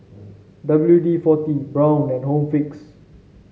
W D forty Braun and Home Fix